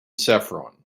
saffron